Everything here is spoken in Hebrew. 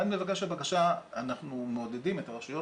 מבחינת מבקש הבקשה אנחנו מעודדים את הרשויות